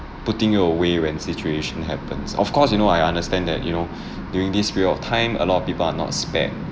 putting you away when situation happens of course you know I understand that you know during this period of time a lot of people are not spared